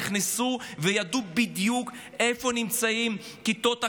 נכנסו וידעו בדיוק איפה נמצאות כיתות הכוננות,